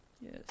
Yes